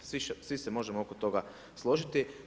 Svi se možemo oko toga složiti.